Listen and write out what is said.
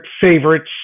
favorites